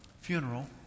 funeral